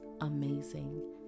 amazing